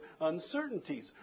uncertainties